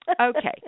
okay